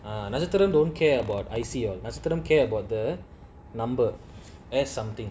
நட்சத்திரம்:natchathiram don't care about I_C நட்சத்திரம்:natchathiram care about the number S something